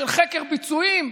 של חקר ביצועים,